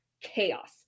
chaos